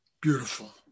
beautiful